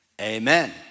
amen